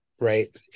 Right